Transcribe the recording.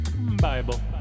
Bible